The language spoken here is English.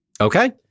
Okay